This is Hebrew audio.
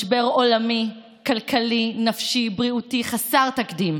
משבר עולמי, כלכלי, נפשי ובריאותי חסר תקדים.